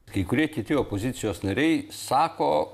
kai kurie kiti opozicijos nariai sako